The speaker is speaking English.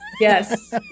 Yes